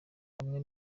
bamwe